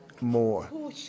more